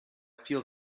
feel